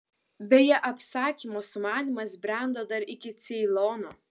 beje apsakymo sumanymas brendo dar iki ceilono